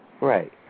Right